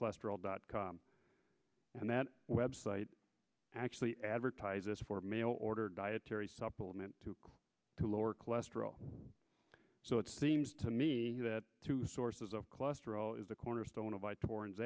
cholesterol dot com and that website actually advertises for mail order dietary supplement to lower cholesterol so it seems to me that two sources of cluster zero is the cornerstone of my to